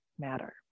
matter